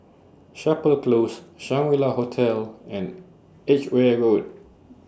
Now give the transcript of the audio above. Chapel Close Shangri La Hotel and Edgware Road